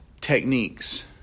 techniques